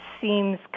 seems